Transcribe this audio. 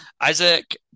Isaac